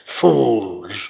fools